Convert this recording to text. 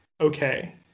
Okay